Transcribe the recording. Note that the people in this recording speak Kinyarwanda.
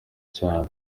cyane